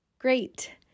Great